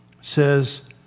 says